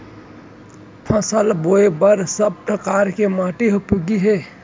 फसल बोए बर का सब परकार के माटी हा उपयोगी हे?